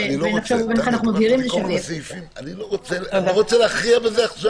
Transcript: ונחשוב איך אנחנו מגדירים את זה --- אני לא רוצה להכריע בזה עכשיו.